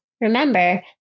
Remember